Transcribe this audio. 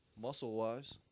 muscle-wise